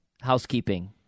Housekeeping